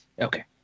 Okay